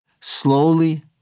Slowly